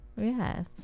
Yes